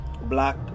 black